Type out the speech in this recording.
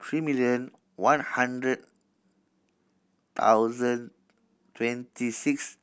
three million one hundred thousand twenty six